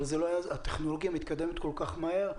אבל הטכנולוגיה מתקדמת כל כך מהר,